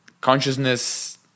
consciousness